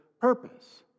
purpose